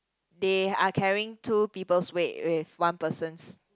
they are carrying two people's weight with one person's